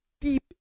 deep